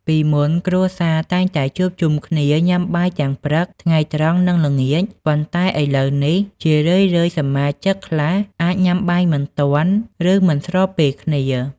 ពីមុនគ្រួសារតែងតែជួបជុំគ្នាញ៉ាំបាយទាំងព្រឹក ថ្ងៃត្រង់ និងល្ងាច ប៉ុន្តែឥឡូវនេះ ជារឿយៗសមាជិកខ្លះអាចញ៉ាំបាយមិនទាន់ ឬមិនស្របពេលគ្នា។